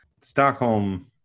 Stockholm